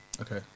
Okay